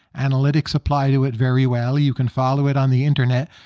analytics apply to it very well. you can follow it on the internet.